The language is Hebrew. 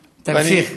תמשיך.